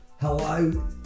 Hello